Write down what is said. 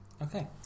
Okay